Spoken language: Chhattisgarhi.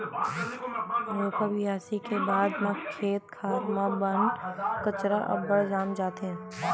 रोपा बियासी के बाद म खेत खार म बन कचरा अब्बड़ जाम जाथे